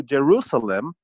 Jerusalem